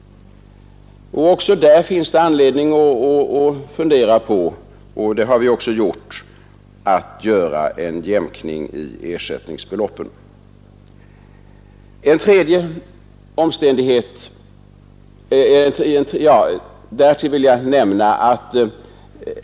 Också där finns anledning att överväga — och det har vi också gjort — en jämkning av ersättningsbeloppen.